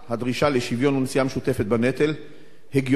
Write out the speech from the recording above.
הדרישה לשוויון ונשיאה משותפת בנטל הגיונית,